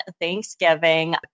Thanksgiving